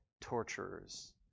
torturers